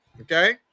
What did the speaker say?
okay